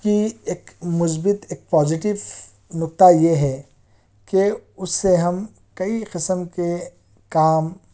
کی ایک مثبت ایک پازیٹیو نکتہ یہ ہے کہ اس سے ہم کئی قسم کے کام